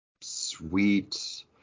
sweet